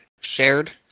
shared